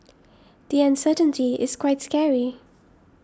the uncertainty is quite scary